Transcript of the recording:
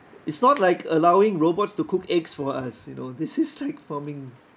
it's not like allowing robots to cook eggs for us you know this is like forming